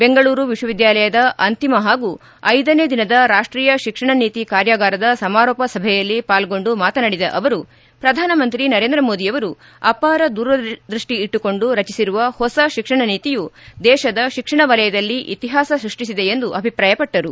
ಬೆಂಗಳೂರು ವಿಶ್ವವಿದ್ಯಾಲಯದ ಅಂತಿಮ ಪಾಗೂ ಐದನೇ ದಿನದ ರಾಷ್ಷೀಯ ಶಿಕ್ಷಣ ನೀತಿ ಕಾರ್ಯಾಗಾರದ ಸಮಾರೋಪ ಸಭೆಯಲ್ಲಿ ಪಾಲ್ಗೊಂಡು ಮಾತನಾಡಿದ ಅವರು ಪ್ರಧಾನಮಂತ್ರಿ ನರೇಂದ್ರ ಮೋದಿಯವರು ಅಪಾರ ದೂರದೃಷ್ಟಿ ಇಟ್ಟುಕೊಂಡು ರಚಿಸಿರುವ ಹೊಸ ಶಿಕ್ಷಣ ನೀತಿಯು ದೇಶದ ಶಿಕ್ಷಣ ವಲಯದಲ್ಲಿ ಇತಿಹಾಸ ಸೃಷ್ಷಿಸಿದೆ ಎಂದು ಅಭಿಪ್ರಾಯಪಟ್ಟರು